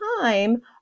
time